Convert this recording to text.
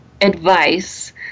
advice